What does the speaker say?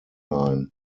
line